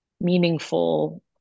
meaningful